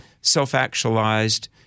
self-actualized